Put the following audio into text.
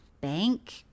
bank